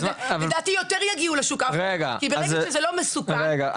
ולדעתי יותר יגיעו לשוק השחור כי ברגע שזה לא מסוכן --- רגע,